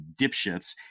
dipshits